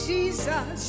Jesus